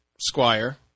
Squire